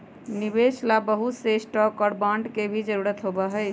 निवेश ला बहुत से स्टाक और बांड के भी जरूरत होबा हई